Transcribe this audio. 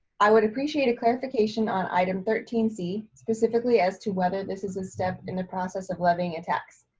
i would appreciate a clarification on item thirteen c, specifically as to whether this is a step in the process of levying a tax.